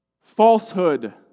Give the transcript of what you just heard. falsehood